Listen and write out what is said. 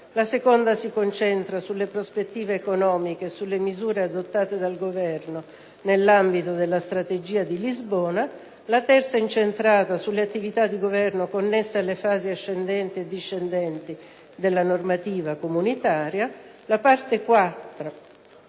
la seconda si concentra sulle prospettive economiche e sulle misure adottate dal Governo nell'ambito della Strategia di Lisbona; la terza è incentrata sulle attività di Governo connesse alle fasi ascendenti e discendenti della normativa comunitaria; la parte quarta